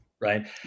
right